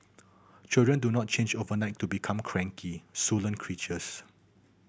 children do not change overnight to become cranky sullen creatures